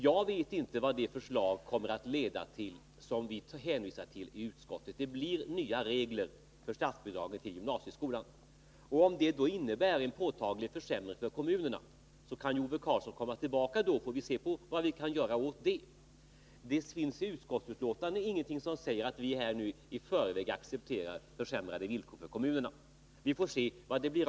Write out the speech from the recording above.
Jag vet inte vad det förslag som vi hänvisar till i utskottsbetänkandet kommer att innebära. Det blir nya regler för statsbidraget till gymnasieskolan. Om de leder till en påtaglig försämring för kommunerna, kan ju Ove Karlsson komma tillbaka, och då får vi se vad vi kan göra åt det. Det finns ingenting i betänkandet som säger att vi nu i förväg accepterar försämrade villkor för kommunerna.